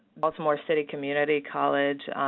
baltimore city community college,